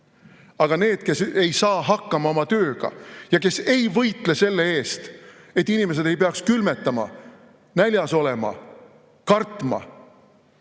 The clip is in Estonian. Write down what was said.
Aga need, kes ei saa oma tööga hakkama ja kes ei võitle selle eest, et inimesed ei peaks külmetama, näljas olema, kartma